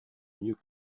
mieux